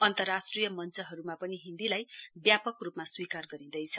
अन्त्रर्राष्ट्रिय मंचहरुमा पनि हिन्दीलाई व्यापक रुपमा स्वीकार गरिँदैछ